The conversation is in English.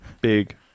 Big